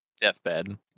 deathbed